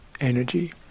energy